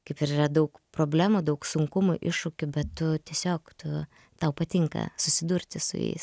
kaip ir yra daug problemų daug sunkumų iššūkių bet tu tiesiog tu tau patinka susidurti su jais